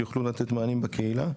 שיוכלו לתת מענים בקהילה.